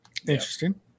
Interesting